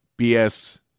BS